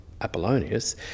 apollonius